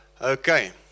okay